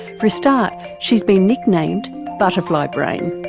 for a start she's been nick-named butterfly brain.